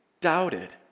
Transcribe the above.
doubted